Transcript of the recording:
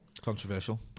Controversial